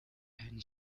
and